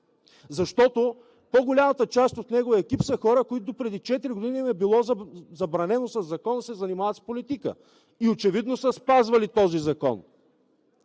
защото по-голямата част от неговия екип са хора, на които допреди четири години им е било забранено със закон да се занимават с политика и очевидно са спазвали този закон.